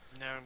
No